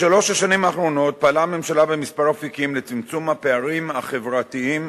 בשלוש השנים האחרונות פעלה הממשלה בכמה אפיקים לצמצום הפערים החברתיים,